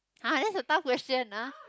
!huh! that's a tough question ah